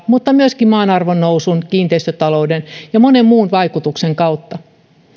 niin myöskin maan arvonnousun kiinteistötalouden ja monen muun vaikutuksen kautta